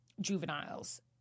juveniles